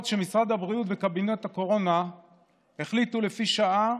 שמשרד הבריאות וקבינט הקורונה החליטו לפי שעה